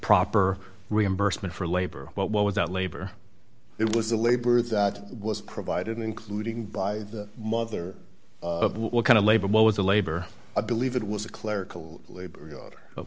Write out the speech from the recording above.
proper reimbursement for labor but what was that labor it was a labor that was provided including by the mother what kind of labor what was the labor i believe it was a clerical labor